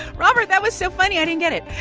robert, that was so funny, i didn't get it.